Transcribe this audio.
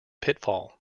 pitfall